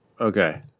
Okay